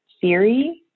theory